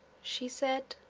she said,